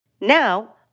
Now